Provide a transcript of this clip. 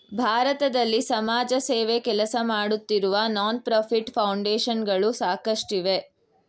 ಭಾರತದಲ್ಲಿ ಸಮಾಜಸೇವೆ ಕೆಲಸಮಾಡುತ್ತಿರುವ ನಾನ್ ಪ್ರಫಿಟ್ ಫೌಂಡೇಶನ್ ಗಳು ಸಾಕಷ್ಟಿವೆ